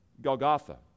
Golgotha